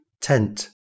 Tent